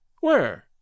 Where